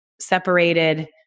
separated